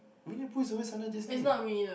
Winne-the-Pooh is always under Disney